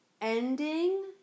ending